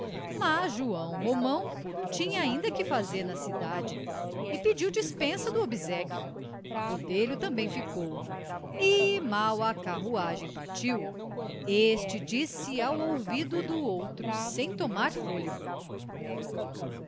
mas joão romão tinha ainda que fazer na cidade e pediu dispensa do obséquio botelho também ficou e mal a carruagem partiu este disse ao ouvido do outro sem tomar fôlego